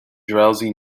drowsy